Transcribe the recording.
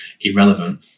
irrelevant